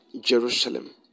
jerusalem